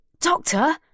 Doctor